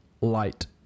Light